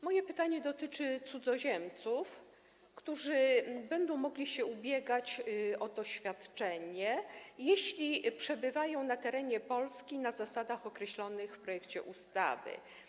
Moje pytanie dotyczy cudzoziemców, którzy będą mogli się ubiegać o to świadczenie, jeśli przebywają na terenie Polski, na zasadach określonych w projekcie ustawy.